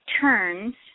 turns